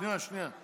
אפשר הערה?